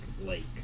Lake